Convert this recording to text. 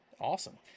Awesome